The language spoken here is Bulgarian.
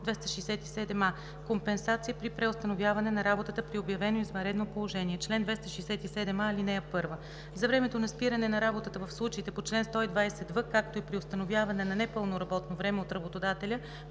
267а: „Компенсация при преустановяване на работата при обявено извънредно положение Чл. 267а. (1) За времето на спиране на работата в случаите по чл.120в, както и при установяване на непълно работно време от работодателя